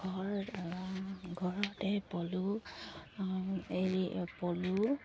ঘৰ ঘৰতে পলু এৰী পলু